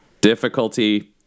Difficulty